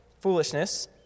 foolishness